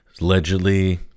allegedly